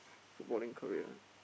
footballing career